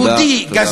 תודה.